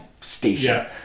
station